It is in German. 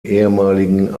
ehemaligen